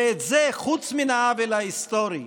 ובזה, חוץ מן העוול ההיסטורי,